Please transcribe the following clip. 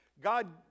God